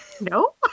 no